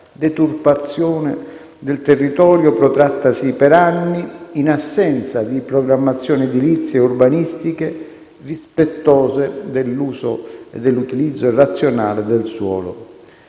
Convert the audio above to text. deturpazione del territorio protrattasi per anni in assenza di programmazioni edilizie e urbanistiche rispettose dell'uso e dell'utilizzo razionale del suolo.